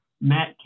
Matt